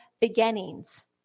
beginnings